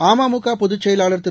அம்முகபொதுச் செயலாளர் திரு